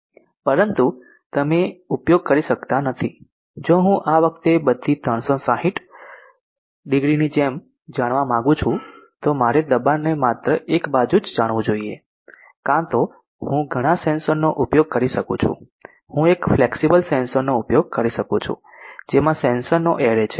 પરંતુ તમે ઉપયોગ કરી શકતા નથી જો હું આ રીતે બધી 360 ડિગ્રીની જેમ જાણવા માંગુ છું તો મારે દબાણને માત્ર એક બાજુ જ જાણવું જોઈએ કાં તો હું ઘણા સેન્સર નો ઉપયોગ કરી શકું છું હું એક ફ્લેક્સિબલ સેન્સર નો ઉપયોગ કરી શકું છું જેમાં સેન્સર નો એરે છે